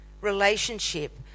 relationship